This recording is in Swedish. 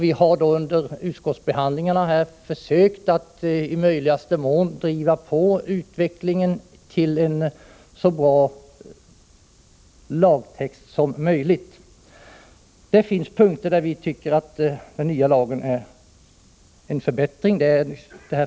Vi har under utskottsbehandlingarna försökt att i möjligaste mån driva på utvecklingen till en så bra lagtext som möjligt. Det finns punkter där vi tycker att den nya lagen är en förbättring.